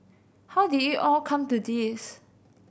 how did it all come to this